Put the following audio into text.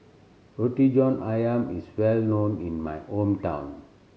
Roti John Ayam is well known in my hometown